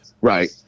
Right